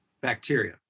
bacteria